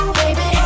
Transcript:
baby